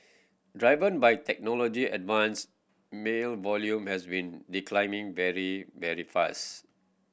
driven by technology advance mail volume has been declining very very fast